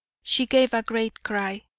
she gave a great cry,